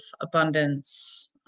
abundance